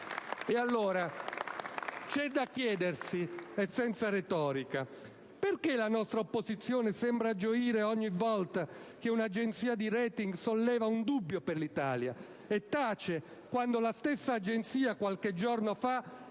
E allora c'è da chiedersi, e senza retorica: perché la nostra opposizione sembra gioire ogni volta che un'agenzia di *rating* solleva un dubbio per l'Italia e tace quando la stessa agenzia, come è